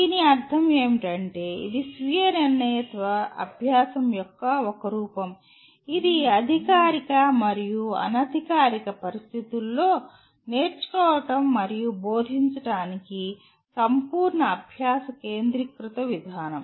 దీని అర్థం ఏమిటంటే ఇది స్వీయ నిర్ణయిత అభ్యాసం యొక్క ఒక రూపం ఇది అధికారిక మరియు అనధికారిక పరిస్థితులలో నేర్చుకోవడం మరియు బోధించడానికి సంపూర్ణ అభ్యాస కేంద్రీకృత విధానం